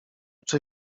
czy